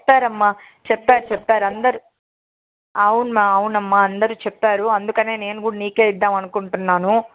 చెప్పారమ్మా చెప్పారు చెప్పారు అందరూ అవునమ్మా అవునమ్మా అందరూ చెప్పారు అందుకనే నేను కూడా నీకే ఇద్దాము అనుకుంటున్నాను